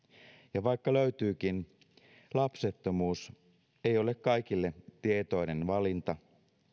ja vaikka löytyykin lapsettomuus ei ole kaikille tietoinen valinta